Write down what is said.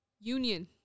union